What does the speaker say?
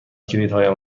کلیدهایم